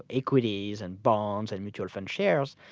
equities, and bonds, and mutual fund shares.